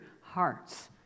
hearts